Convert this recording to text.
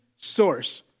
source